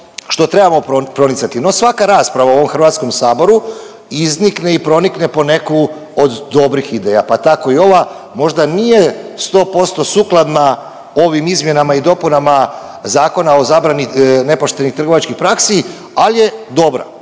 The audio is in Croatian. što trebamo promicati. No, svaka rasprava u ovom HS-u iznikne i pronikne po neku od dobrih ideja, pa tako i ova, možda nije 100% sukladna ovim izmjenama i dopunama Zakona o zabrani nepoštenih trgovačkih praksi, ali je dobra.